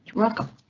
welcome.